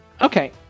Okay